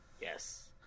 Yes